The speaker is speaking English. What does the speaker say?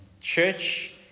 Church